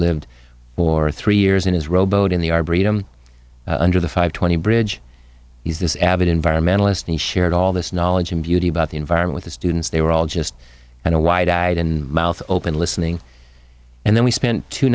lived for three years in his rowboat in the arboretum under the five twenty bridge is this abbott environmentalist and he shared all this knowledge and beauty about the environment the students they were all just i know why dad and mouth open listening and then we spent two